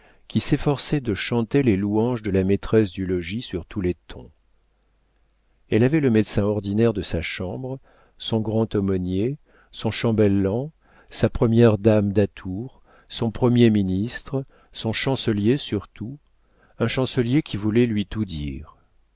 qui s'efforçaient de chanter les louanges de la maîtresse du logis sur tous les tons elle avait le médecin ordinaire de sa chambre son grand aumônier son chambellan sa première dame d'atours son premier ministre son chancelier surtout un chancelier qui voulait lui tout dire